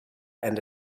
and